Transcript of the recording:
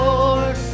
Lord